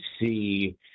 see